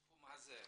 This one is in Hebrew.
בתחום הזה.